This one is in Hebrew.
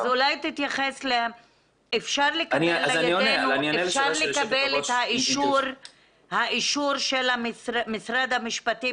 אפשר לקבל את האישור של משרד המשפטים